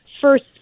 first